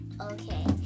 okay